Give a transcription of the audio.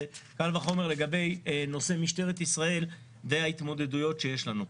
וקל וחומר לגבי נושא משטרת ישראל וההתמודדויות שיש לנו.